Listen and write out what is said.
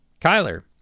Kyler